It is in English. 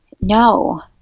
no